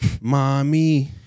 Mommy